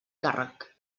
càrrec